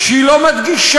והקשבתי לו בקשב